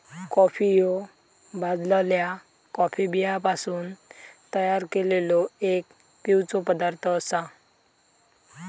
coffee ह्यो भाजलल्या coffee बियांपासून तयार केललो एक पिवचो पदार्थ आसा